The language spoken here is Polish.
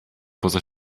poza